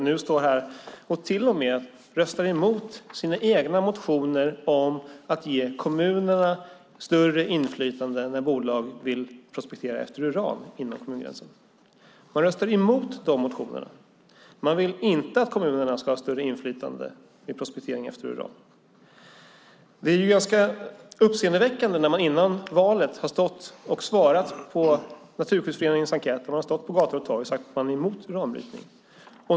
Nu står man här och röstar till och med emot sina egna motioner om att ge kommunerna större inflytande när bolag vill prospektera efter uran inom kommungränsen. Man röstar emot de motionerna. Man vill inte att kommunerna ska ha större inflytande vid prospektering efter uran. Detta är ganska uppseendeväckande när man före valet har svarat på Naturskyddsföreningens enkät och stått på gator och torg och sagt att man är emot uranbrytning.